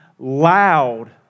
loud